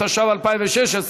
התשע"ו 2016,